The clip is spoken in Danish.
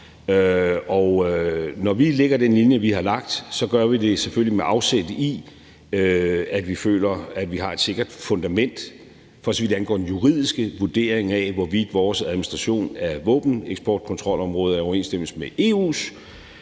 Når vi lægger den linje, vi har lagt, gør vi det selvfølgelig, med afsæt i at vi føler, at vi har et sikkert fundament, for så vidt angår den juridiske vurdering af, hvorvidt vores administration af våbeneksportkontrolområdet er i overensstemmelse med EU's